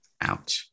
out